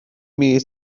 mis